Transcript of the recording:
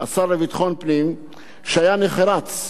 מההתחלה והבטיח לי בהזדמנויות רבות: